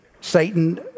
Satan